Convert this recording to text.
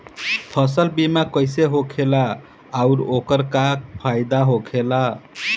फसल बीमा कइसे होखेला आऊर ओकर का फाइदा होखेला?